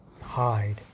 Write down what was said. hide